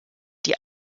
die